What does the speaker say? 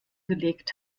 gelegt